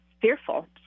fearful